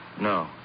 No